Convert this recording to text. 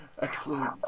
excellent